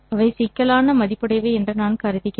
அவை சிக்கலான மதிப்புடையவை என்று நான் கருதுகிறேன்